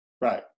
Right